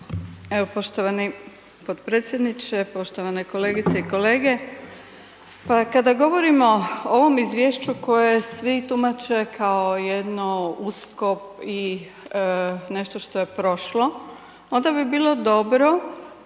Evo poštovani podpredsjedniče, poštovane kolegice i kolege, pa kada govorimo o ovom izvješću koje svi tumače kao jedno usko i nešto što je prošlo onda bi bilo dobro